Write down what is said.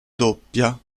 doppia